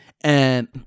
and-